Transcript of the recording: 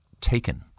taken